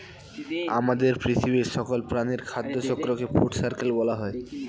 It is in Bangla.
আমাদের পৃথিবীর সকল প্রাণীর খাদ্য চক্রকে ফুড সার্কেল বলা হয়